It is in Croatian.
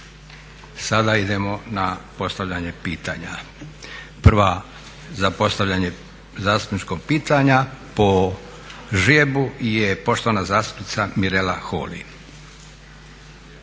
Sada idemo na postavljanje pitanja. Prva za postavljanje zastupničkog pitanja po ždrijebu je poštovana zastupnica Mirela Holy.